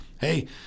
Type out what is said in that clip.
hey